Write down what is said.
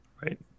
right